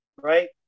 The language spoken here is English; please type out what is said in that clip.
right